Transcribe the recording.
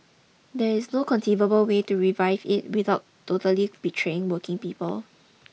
there is no conceivable way to revive it without totally betraying working people